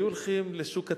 היו הולכים לשוק התקווה.